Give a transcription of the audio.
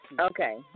Okay